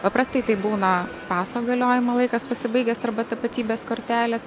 paprastai tai būna paso galiojimo laikas pasibaigęs arba tapatybės kortelės